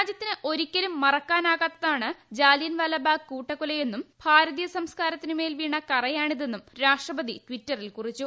രാജ്യത്തിന് ഒരിക്കലും മറക്കാനാക്ടാത്ത്ന്നാണ് ജാലിയൻവാലാ ബാഗ് കൂട്ടക്കൊലയെന്നും ഭാരതീയ് സംസ്കാരത്തിനുമേൽ വീണ കറയാണിതെന്നും രാഷ്ട്രപതി ടീറ്ററിൽ കുറിച്ചു